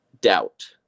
doubt